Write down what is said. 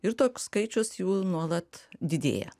ir toks skaičius jų nuolat didėja